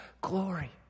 glory